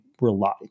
rely